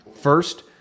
First